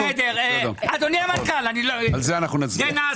בסדר, נכון, על זה אנחנו נצביע.